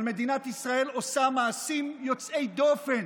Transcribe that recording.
אבל מדינת ישראל עושה מעשים יוצאי דופן